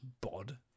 bod